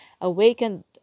awakened